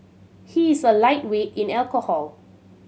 he is a lightweight in alcohol